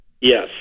Yes